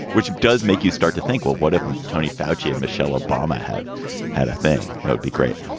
which does make you start to think, well, what if tony foushee and michelle obama had had a thing that would be great?